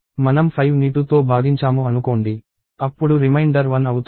మనం 5ని 2తో భాగించాము అనుకోండి అప్పుడు రిమైండర్ 1 అవుతుంది